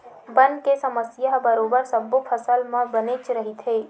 बन के समस्या ह बरोबर सब्बो फसल म बनेच रहिथे